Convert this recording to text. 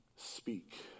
Speak